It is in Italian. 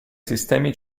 sistemi